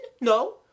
no